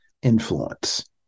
Influence